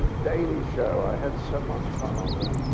daily show. i had so much fun on that.